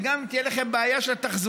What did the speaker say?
וגם אם תהיה לכם בעיה של תחזוקה,